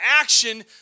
action